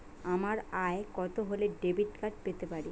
আমার আয় কত হলে ডেবিট কার্ড পেতে পারি?